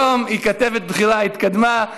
היום היא כתבת בכירה, התקדמה,